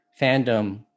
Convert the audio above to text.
fandom